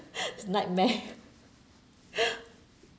it's nightmare